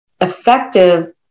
effective